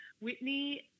Whitney